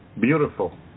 beautiful